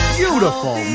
beautiful